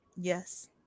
yes